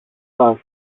πας